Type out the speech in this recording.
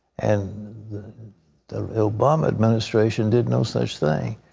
and the the obama administration did no such thing.